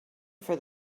for